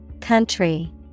Country